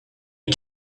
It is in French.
les